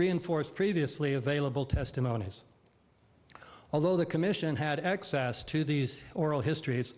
reinforced previously available testimonies although the commission had access to these oral histories